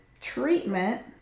treatment